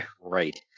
Right